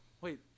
Wait